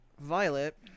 Violet